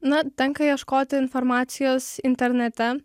na tenka ieškoti informacijos internete